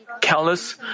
Callous